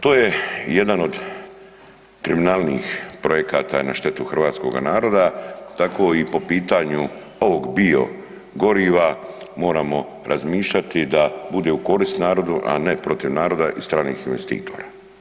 To je jedan od kriminalnijih projekata na štetu hrvatskoga naroda, tako i po pitanju ovog biogoriva moramo razmišljati da bude u korist naroda, a ne protiv naroda i stranih investitora.